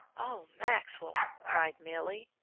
oh, maxwell, cried milly,